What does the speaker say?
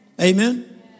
Amen